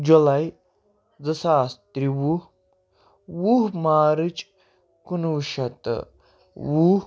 جُلاے زٕ ساس ترٛووُہ وُہ مارٕچ کُنوُہ شیٚتھ تہٕ وُہ